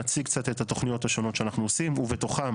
נציג קצת את התוכניות השונות שאנחנו עושים ובתוכן